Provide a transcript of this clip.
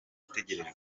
utegerejwe